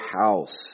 house